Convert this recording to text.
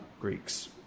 Greeks